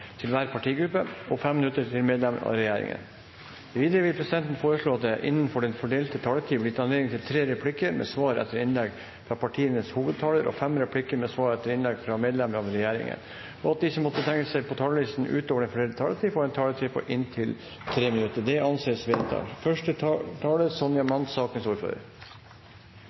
til hver partigruppe og 5 minutter til medlemmer av regjeringen. Videre vil presidenten foreslå at det blir gitt anledning til tre replikker med svar etter innlegg fra partienes hovedtalere og fem replikker med svar etter innlegg fra medlemmer av regjeringen innenfor den fordelte taletid. Videre blir det foreslått at de som måtte tegne seg på talerlisten utover den fordelte taletid, får en taletid på inntil 3 minutter. – Det anses vedtatt.